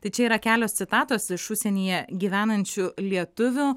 tai čia yra kelios citatos iš užsienyje gyvenančių lietuvių